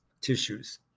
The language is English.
tissues